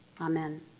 Amen